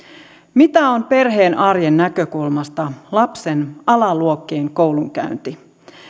mitä on perheen arjen näkökulmasta lapsen alaluokkien koulunkäynti